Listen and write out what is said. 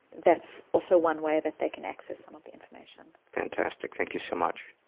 that's also one way that they can access some of the information. fantastic. thank you so much